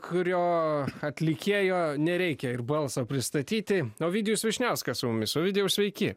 kurio atlikėjo nereikia ir balso pristatyti ovidijus vyšniauskas su mumis ovidijaus veiki